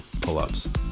pull-ups